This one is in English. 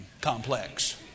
complex